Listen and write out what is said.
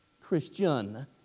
Christian